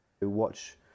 watch